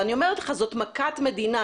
ואני אומרת לך זאת מכת מדינה,